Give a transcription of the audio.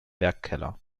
werkkeller